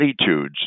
attitudes